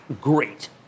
great